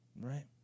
right